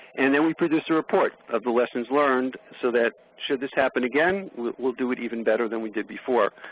and then we produced a report of the lessons learned so that, should this happen again, we'll do it even better than we did before.